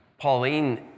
Pauline